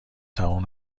تموم